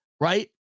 right